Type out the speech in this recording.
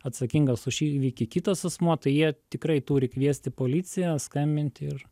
atsakingas už šį įvykį kitas asmuo tai jie tikrai turi kviesti policiją skambinti ir